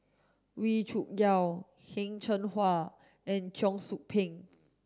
Wee Cho Yaw Heng Cheng Hwa and Cheong Soo Pieng